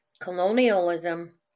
colonialism